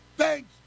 Thanks